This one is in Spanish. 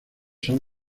son